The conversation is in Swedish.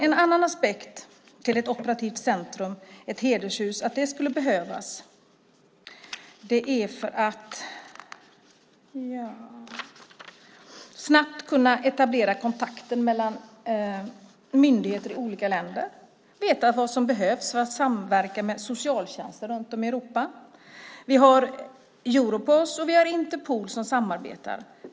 En annan aspekt när det gäller att ett operativt centrum, ett hedershus, skulle behövas handlar om att snabbt kunna etablera en kontakt mellan myndigheter i olika länder och om att veta vad som behövs för en samverkan med socialtjänsten runt om i Europa. Vi har Europol och Interpol som samarbetar.